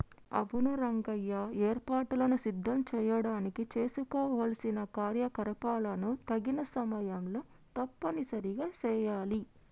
అవును రంగయ్య ఏర్పాటులను సిద్ధం చేయడానికి చేసుకోవలసిన కార్యకలాపాలను తగిన సమయంలో తప్పనిసరిగా సెయాలి